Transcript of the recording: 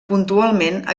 puntualment